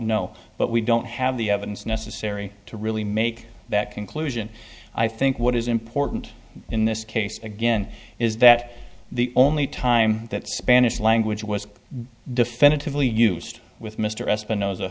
know but we don't have the evidence necessary to really make that conclusion i think what is important in this case again is that the only time that spanish language was definitively used with mr